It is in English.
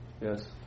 Yes